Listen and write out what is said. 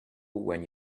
when